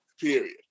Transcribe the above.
Period